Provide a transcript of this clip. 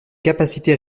capacités